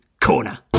Corner